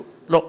לא.